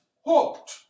hoped